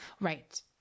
Right